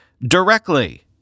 directly